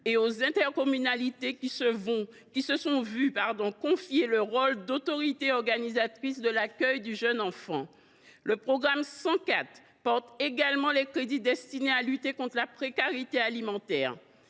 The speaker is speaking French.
et des intercommunalités qui se sont vu confier le rôle d’autorités organisatrices de l’accueil du jeune enfant. Le programme 304 comporte également les crédits destinés à lutter contre la précarité alimentaire.